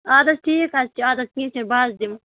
اَدٕ حظ ٹھیٖک حظ چھُ اَدٕ حظ ٹھیٖک چھُ بہٕ حظ دِمہٕ